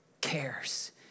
cares